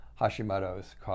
Hashimoto's